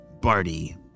Barty